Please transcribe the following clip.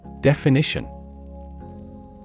Definition